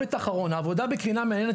הבולט האחרון העבודה בקרינה מייננת